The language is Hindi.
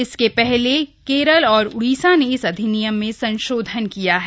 इससे पहले केरल और उड़ीसा ने इस अधिनियम में संशोधन किया है